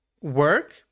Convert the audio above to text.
work